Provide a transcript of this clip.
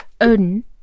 Odin